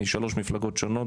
משלוש מפלגות שונות,